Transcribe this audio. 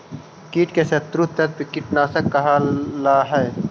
कीट के शत्रु तत्व कीटनाशक कहला हई